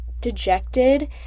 dejected